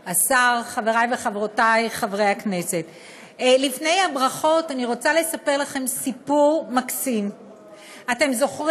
עברה בקריאה שנייה ובקריאה שלישית ותיכנס לספר החוקים של מדינת ישראל.